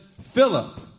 Philip